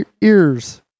ears